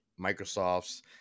Microsoft's